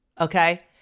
Okay